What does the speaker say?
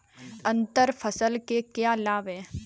अंतर फसल के क्या लाभ हैं?